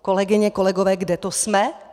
Kolegyně, kolegové, kde to jsme?